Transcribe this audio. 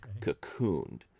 cocooned